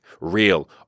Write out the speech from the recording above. real